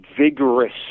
vigorous